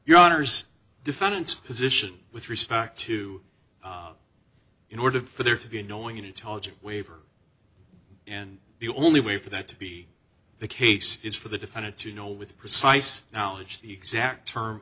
your honour's defendant's position with respect to in order for there to be a knowing and intelligent waiver and the only way for that to be the case is for the defendant to know with precise knowledge the exact term